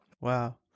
Wow